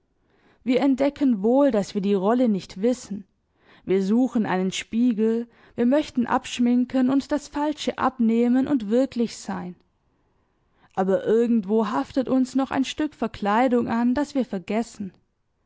wir entdecken wohl daß wir die rolle nicht wissen wir suchen einen spiegel wir möchten abschminken und das falsche abnehmen und wirklich sein aber irgendwo haftet uns noch ein stück verkleidung an das wir vergessen